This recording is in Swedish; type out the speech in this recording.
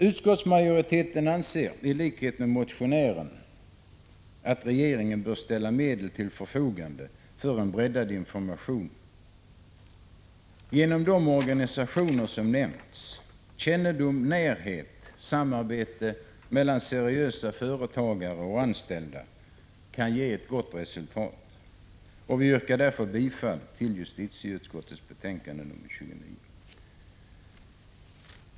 Utskottsmajoriteten anser i likhet med motionärerna att regeringen bör ställa medel till förfogande för en breddad information genom de organisationer som nämnts. Kännedom om situationen, närhet, samarbete mellan seriösa företagare och anställda kan ge ett gott resultat. Jag yrkar därför bifall till hemställan i justitieutskottets betänkande nr 29.